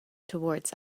towards